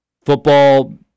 Football